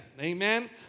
Amen